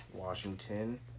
Washington